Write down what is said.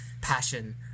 passion